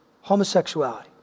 homosexuality